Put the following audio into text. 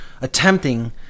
attempting